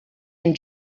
and